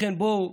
לכן, בואו